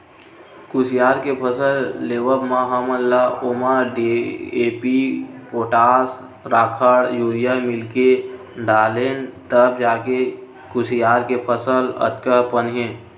कुसियार के फसल लेवब म हमन ह ओमा डी.ए.पी, पोटास, राखड़, यूरिया मिलाके डालेन तब जाके कुसियार के फसल अतका पन हे